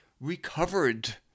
recovered